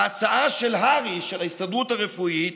ההצעה של הר"י, ההסתדרות הרפואית,